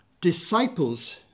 disciples